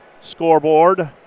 Scoreboard